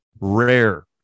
rare